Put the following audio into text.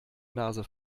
nase